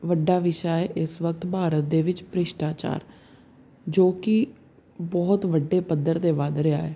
ਵੱਡਾ ਵਿਸ਼ਾ ਏ ਇਸ ਵਕਤ ਭਾਰਤ ਦੇ ਵਿੱਚ ਭ੍ਰਿਸ਼ਟਾਚਾਰ ਜੋ ਕਿ ਬਹੁਤ ਵੱਡੇ ਪੱਧਰ 'ਤੇ ਵੱਧ ਰਿਹਾ ਹੈ